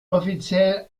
offiziell